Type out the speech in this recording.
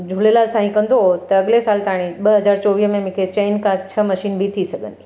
झूलेलाल साईं कंदो त अॻिले साल ताईं ॿ हज़ार चोवीह में मूंखे चइनि खां छह मशीन बि थी सघंदी